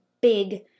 big